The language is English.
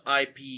IP